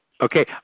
Okay